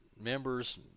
members